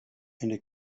eine